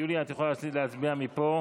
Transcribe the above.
יוליה, את יכולה להצביע מפה.